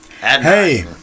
Hey